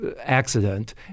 accident